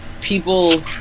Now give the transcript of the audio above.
people